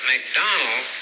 McDonald